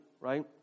right